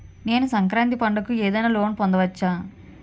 నేను సంక్రాంతి పండగ కు ఏదైనా లోన్ పొందవచ్చా?